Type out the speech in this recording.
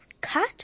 cut